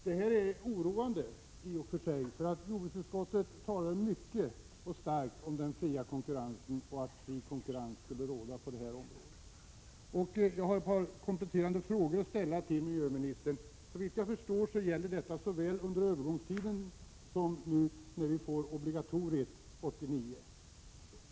Det är i och för sig oroande, eftersom jordbruksutskottet talar mycket starkt om att fri konkurrens skall råda på detta område. Jag har ett par kompletterande frågor till miljöministern. Såvitt jag förstår gäller detta såväl under övergångsperioden som nu när vi får obligatoriet 1989.